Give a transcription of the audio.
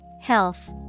Health